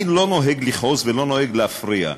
אני לא נוהג לכעוס ולא נוהג להפריע,